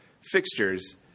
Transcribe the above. fixtures